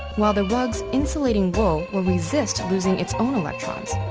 while the rug's insulating wool will resist losing its own electrons.